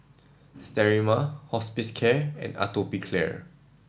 Sterimar Hospicare and Atopiclair